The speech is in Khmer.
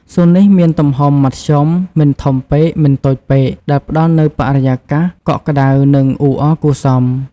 សួននេះមានទំហំមធ្យម មិនធំពេក មិនតូចពេក ដែលផ្ដល់នូវបរិយាកាសកក់ក្ដៅ និងអ៊ូអរគួរសម។